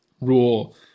rule